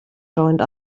joined